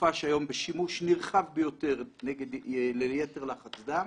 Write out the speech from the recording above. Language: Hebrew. תרופה שהיום היא בשימוש נרחב ביותר ליתר לחץ דם,